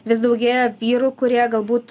vis daugėja vyrų kurie galbūt